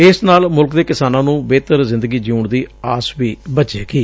ਇਸ ਨਾਲ ਮੁਲਕ ਦੇ ਕਿਸਾਨਾਂ ਨੂੰ ਬਿਹਤਰ ਜ਼ਿੰਦਗੀ ਜਿਉਣ ਦੀ ਆਸ ਵੀ ਬੱਝੇਗੀ